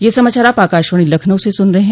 ब्रे क यह समाचार आप आकाशवाणी लखनऊ से सुन रहे हैं